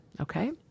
Okay